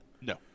No